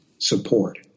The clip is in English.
support